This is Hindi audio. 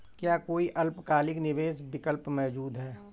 क्या कोई अल्पकालिक निवेश विकल्प मौजूद है?